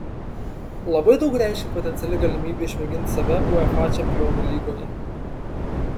labai daug reiškė potenciali galimybė išmėginti save uefa čempionų lygoje